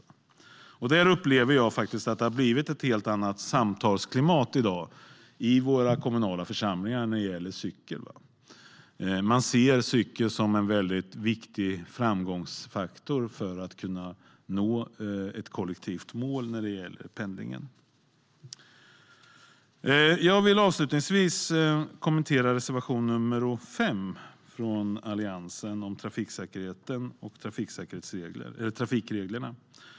Jag upplever faktiskt att det har blivit ett helt annat samtalsklimat i dag i våra kommunala församlingar när det gäller cykel. Man ser cykel som en väldigt viktig framgångsfaktor för att kunna nå ett kollektivt mål när det gäller pendlingen. Jag vill avslutningsvis kommentera reservationen från Alliansen om trafiksäkerhet och trafikregler.